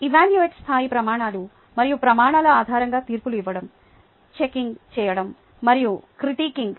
evaluate స్థాయి ప్రమాణాలు మరియు ప్రమాణాల ఆధారంగా తీర్పులు ఇవ్వడం చెక్కింగ్ చేయడం మరియు క్రిటికింగ్